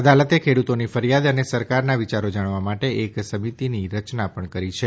અદાલતે ખેડૂતોની ફરિયાદ અને સરકારના વિચારો જાણવા માટે એક સમિતિની રચના પણ કરી છે